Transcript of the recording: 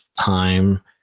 time